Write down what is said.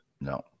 No